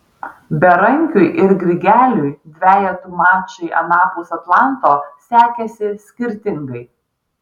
berankiui ir grigeliui dvejetų mačai anapus atlanto sekėsi skirtingai